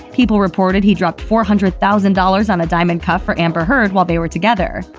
people reported he dropped four hundred thousand dollars on a diamond cuff for amber heard while they were together.